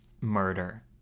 Murder